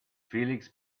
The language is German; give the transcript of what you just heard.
felix